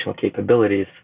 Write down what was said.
capabilities